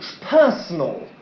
personal